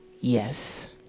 Yes